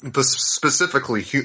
specifically